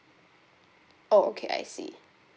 oh okay I see